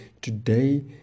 today